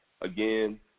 again